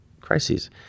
crises